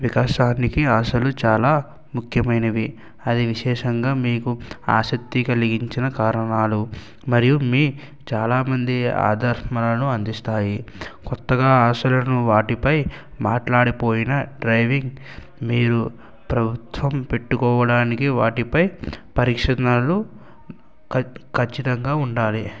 వికాసానికి ఆశలు చాలా ముఖ్యమైనవి అదివిశేషంగా మీకు ఆసక్తి కలిగించిన కారణాలు మరియు మీ చాలామంది ఆధర్మలను అందిస్తాయి కొత్తగా ఆశలను వాటిపై మాట్లాడిపోయిన డ్రైవింగ్ మీరు ప్రభుత్వం పెట్టుకోవడానికి వాటిపై పరీక్షణలు ఖచ్చితంగా ఉండాలి